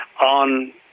on